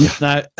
Now